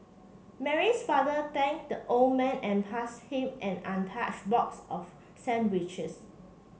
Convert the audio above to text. Mary's father thanked the old man and passed him an untouched box of sandwiches